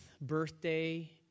birthday